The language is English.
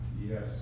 Yes